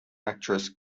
actress